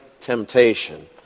temptation